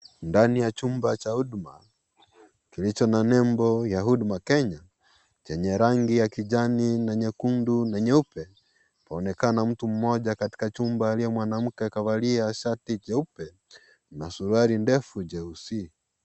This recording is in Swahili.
Ndani ya chumba cha huduma, kilicho na nembo ya Huduma Kenya, chenye rangi ya kijani na nyekundu na nyeupe. Aonekana mtu moja katika jumba mwanamke, kavalia shati jeupe na suruali ndefu jeusi.